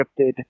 scripted